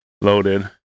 loaded